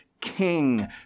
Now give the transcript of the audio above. king